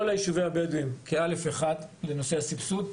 היישובים הבדואיים כ-א'1 לנושא הסבסוד.